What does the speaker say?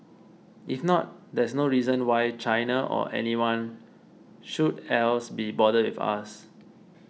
if not there's no reason why China or anyone should else be bothered with us